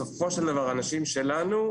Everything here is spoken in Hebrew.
אלו בסופו של דבר אנשים שלנו,